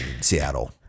seattle